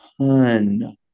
ton